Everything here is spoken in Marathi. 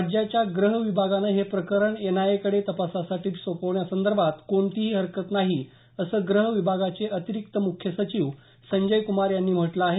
राज्याच्या गृह विभागाला हे प्रकरण एनआयएकडे तपासासाठी सोपवण्यासंदर्भात कोणतीही हरकत नाही असं गृह विभागाचे अतिरिक्त मुख्य सचिव संजय कुमार यांनी म्हटलं आहे